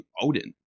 Odin